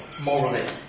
morally